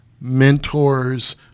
mentors